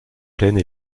plaines